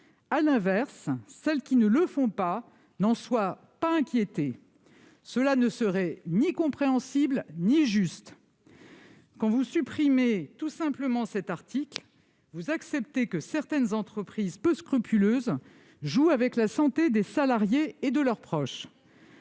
l'inverse, celles qui ne le font pas ne soient pas inquiétées ? Cela ne serait ni compréhensible ni juste. En supprimant tout simplement cet article, vous acceptez que certaines entreprises peu scrupuleuses jouent avec la santé des salariés et de leurs proches.